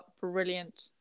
brilliant